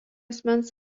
asmens